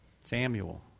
Samuel